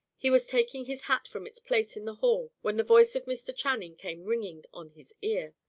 he was taking his hat from its place in the hall, when the voice of mr. channing came ringing on his ear.